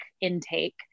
intake